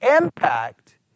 impact